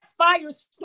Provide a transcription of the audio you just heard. firestorm